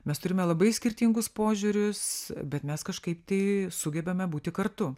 mes turime labai skirtingus požiūrius bet mes kažkaip tai sugebame būti kartu